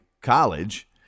college